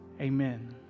Amen